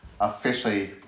officially